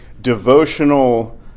devotional